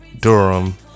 Durham